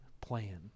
plan